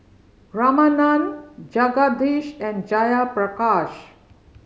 Ramanand Jagadish and Jayaprakash